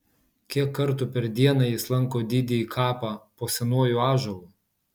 kiek kartų per dieną jis lanko didįjį kapą po senuoju ąžuolu